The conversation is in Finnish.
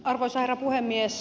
arvoisa herra puhemies